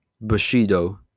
Bushido